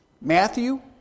Matthew